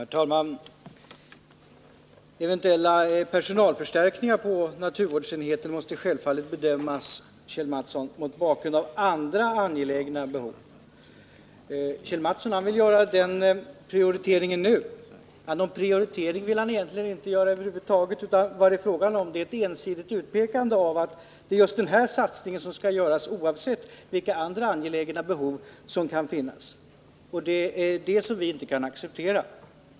Herr talman! Eventuella personalförstärkningar på naturvårdsenheten måste självfallet, Kjell Mattsson, bedömas mot bakgrund av andra angelägna behov. Kjell Mattsson vill egentligen inte göra någon prioritering över huvud taget, utan det är ett ensidigt utpekande av att just denna satsning skall göras, oavsett vilka andra angelägna behov som kan finnas. Det är det som vi inte kan acceptera.